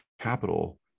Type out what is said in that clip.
capital